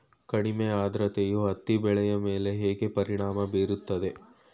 ಕಡಿಮೆ ಆದ್ರತೆಯು ಹತ್ತಿ ಬೆಳೆಯ ಮೇಲೆ ಹೇಗೆ ಪರಿಣಾಮ ಬೀರುತ್ತದೆ?